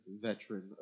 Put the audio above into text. veteran